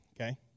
okay